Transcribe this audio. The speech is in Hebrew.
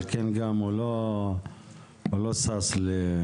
על כן גם הוא לא שש לשנות,